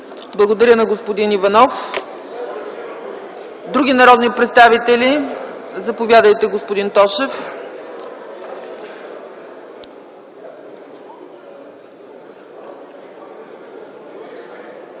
Благодаря на господин Петров. Други народни представители? Заповядайте, господин Тошев.